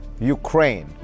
Ukraine